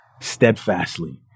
steadfastly